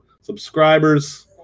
subscribers